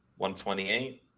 128